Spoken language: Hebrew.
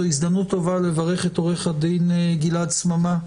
זו הזדמנות טובה לברך את עו"ד גלעד סממה,